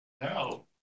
No